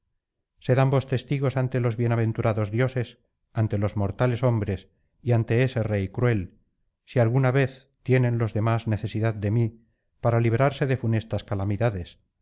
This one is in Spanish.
sed ambos testigos ante los bienaventurados dioses ante los mortales hombres y ante ese rey cruel si alguna vez tienen los demás necesidad de mí para librarse de funestas calamidades